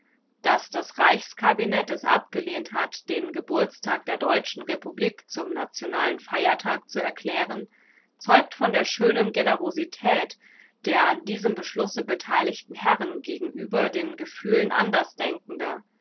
daß das reichskabinett es abgelehnt hat den geburtstag der deutschen republik zum nationalen feiertag zu erklären zeugt von der schönen generosität der an diesem beschlusse beteiligten herren gegenüber den gefühlen andersdenkender